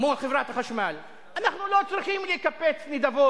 מול חברת החשמל אנחנו לא צריכים לקבץ נדבות.